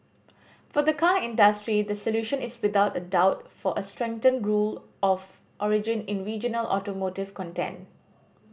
for the car industry the solution is without a doubt for a strengthened rule of origin in regional automotive content